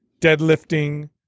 deadlifting